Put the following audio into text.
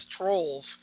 trolls